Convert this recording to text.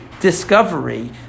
Discovery